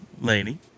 lady